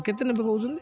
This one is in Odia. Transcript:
କେତେ ନେବେ କହୁଛନ୍ତି